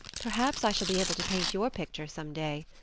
perhaps i shall be able to paint your picture some day,